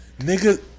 Nigga